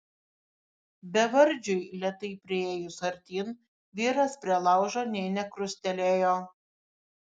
bevardžiui lėtai priėjus artyn vyras prie laužo nė nekrustelėjo